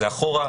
זה אחורה,